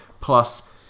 Plus